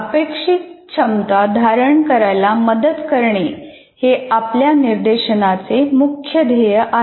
अपेक्षित क्षमता धारण करायला मदत करणे हे आपल्या निर्देशनाचे मुख्य ध्येय आहे